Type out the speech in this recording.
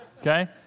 okay